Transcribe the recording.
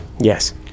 Yes